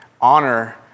honor